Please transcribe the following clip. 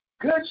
good